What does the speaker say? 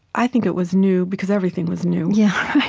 i think it was new, because everything was new yeah.